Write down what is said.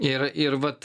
ir ir vat